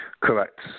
Correct